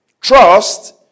Trust